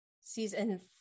season